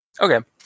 Okay